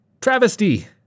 Travesty